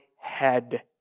head